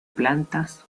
plantas